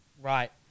Right